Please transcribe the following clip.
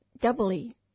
Doubly